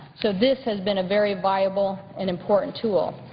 so this has been a very viable and important tool.